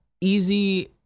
easy